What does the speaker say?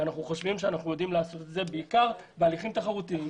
אנחנו חושבים שאנחנו יודעים לעשות את זה בעיקר בהליכים תחרותיים.